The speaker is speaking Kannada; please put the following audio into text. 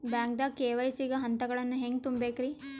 ಬ್ಯಾಂಕ್ದಾಗ ಕೆ.ವೈ.ಸಿ ಗ ಹಂತಗಳನ್ನ ಹೆಂಗ್ ತುಂಬೇಕ್ರಿ?